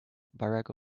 barack